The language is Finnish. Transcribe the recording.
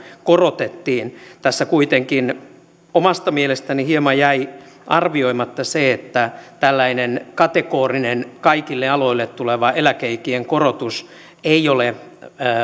korotettiin tässä kuitenkin omasta mielestäni hieman jäi arvioimatta se että tällainen kategorinen kaikille aloille tuleva eläke ikien korotus ei ole